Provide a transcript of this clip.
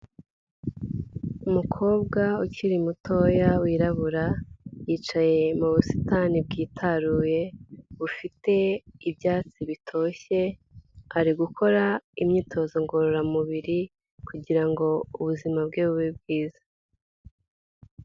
Umukobwa ukiri mutoya wirabura, yicaye mu busitani bwitaruye, bufite ibyatsi bitoshye, ari gukora imyitozo ngororamubiri kugira ngo ubuzima bwe bube bwiza.